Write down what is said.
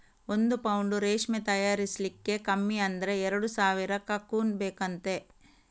ಒಂದು ಪೌಂಡು ರೇಷ್ಮೆ ತಯಾರಿಸ್ಲಿಕ್ಕೆ ಕಮ್ಮಿ ಅಂದ್ರೆ ಎರಡು ಸಾವಿರ ಕಕೂನ್ ಬೇಕಂತೆ